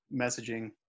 messaging